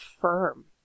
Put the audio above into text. firm